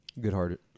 Good-hearted